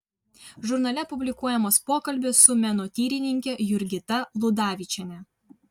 žurnale publikuojamas pokalbis su menotyrininke jurgita ludavičiene